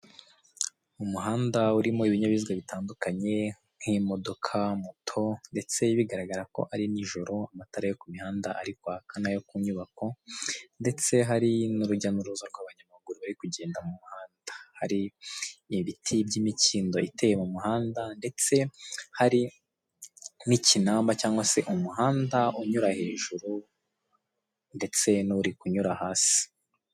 Umuhanda urimo ibinyabiziga bitandukanye nk'imodoka moto ndetse bigaragara ko ari ninjoro amatara yo kumihanda ari kwaka n'ayo kunyubako ndetse hari n'urujya n'uruza rw'abanyamaguru bari kugenda mumuhanda hari ibiti by'imikindo iteye kumuhanda ndetse hari n'ikinamba cyangwa se umuhanda unyura hejuru ndetse n'uri kunyura hasi.